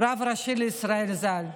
רב ראשי לישראל, ז"ל,